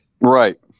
Right